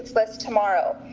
less tomorrow,